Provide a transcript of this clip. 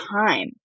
time